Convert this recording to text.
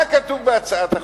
מה כתוב בהצעת החוק?